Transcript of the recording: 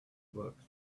books